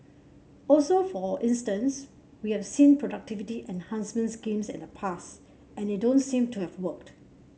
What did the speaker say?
also for instance we've seen productivity enhancement schemes in the past and they don't seem to have worked